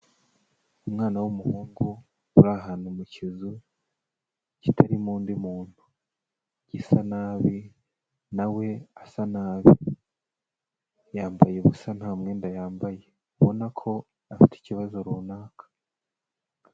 Umwana w'umuhungu uri ahantu mu kizu kitarimo undi muntu, gisa nabi na we asa nabi, yambaye ubusa nta mwenda yambaye, ubona ko afite ikibazo runaka.